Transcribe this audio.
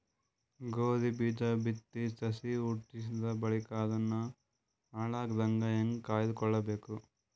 ಗೋಧಿ ಬೀಜ ಬಿತ್ತಿ ಸಸಿ ಹುಟ್ಟಿದ ಬಳಿಕ ಅದನ್ನು ಹಾಳಾಗದಂಗ ಹೇಂಗ ಕಾಯ್ದುಕೊಳಬೇಕು?